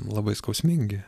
labai skausmingi